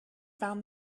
found